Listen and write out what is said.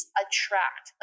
attract